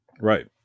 right